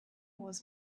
was